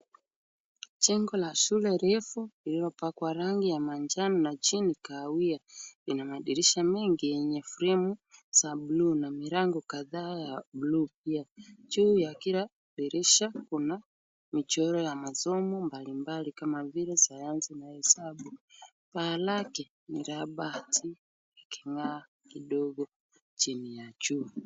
Jengo la shule refu lililopakwa rangi ya manjano na chini kahawia. Ina madirisha mengi yenye fremu za bluu na milango kadhaa ya bluu pia. Juu ya kila dirisha kuna michoro ya masomo mbalimbali kama vile sayansi na hesabu. Paa lake ni la bati liking'aa kidogo chini ya jua.